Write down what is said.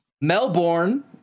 Melbourne